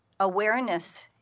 Awareness